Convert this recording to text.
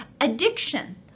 Addiction